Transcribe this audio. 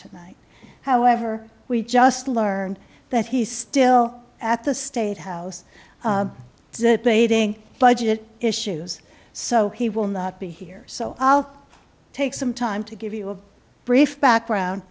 tonight however we just learned that he's still at the state house baiting budget issues so he will not be here so i'll take some time to give you a brief background